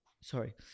sorry